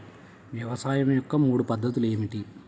వ్యవసాయం యొక్క మూడు పద్ధతులు ఏమిటి?